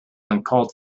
uncalled